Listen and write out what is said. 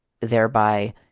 thereby